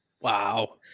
Wow